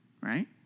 Right